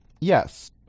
Yes